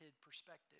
perspective